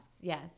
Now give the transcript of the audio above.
Yes